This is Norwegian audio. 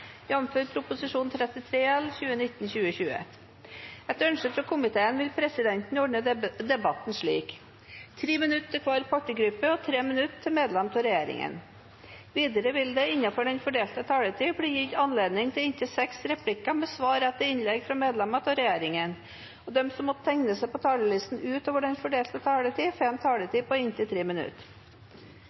minutter til medlemmer av regjeringen. Videre vil det – innenfor den fordelte taletid – bli gitt anledning til inntil seks replikker med svar etter innlegg fra medlemmer av regjeringen, og de som måtte tegne seg på talerlisten utover den fordelte taletid, får en taletid på inntil 3 minutter.